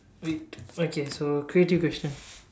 wait okay so creative question